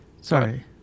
Sorry